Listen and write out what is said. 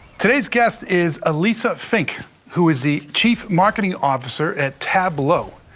today's guest is elissa fink who is the chief marketing officer at tableau,